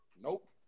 Nope